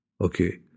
Okay